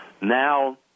Now